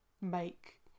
make